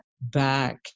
back